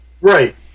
right